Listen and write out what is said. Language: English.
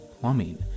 plumbing